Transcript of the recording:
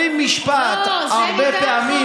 כשאומרים משפט הרבה פעמים, לא.